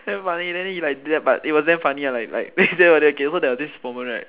damn funny then he like ya but it was damn funny ah like like then okay then there was this moment right